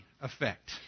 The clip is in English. effect